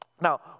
Now